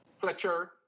Fletcher